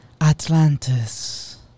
Atlantis